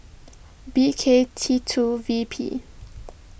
B K T two V P